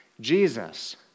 Jesus